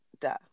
duh